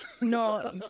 No